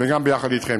וגם ביחד איתכם.